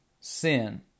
sin